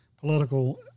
political